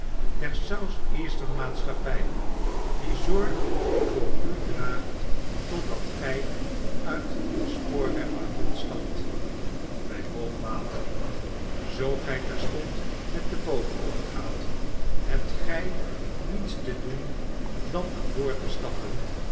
der south eastern maatschappy die zorg voor u draagt totdat gy uit den spoorweg waggon stapt by hoog water zoo gij terstond met de boot overgaat hebt gy niets te doen dan aan boord te stappen